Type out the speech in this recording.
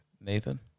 Nathan